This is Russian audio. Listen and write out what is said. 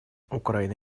украина